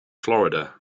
florida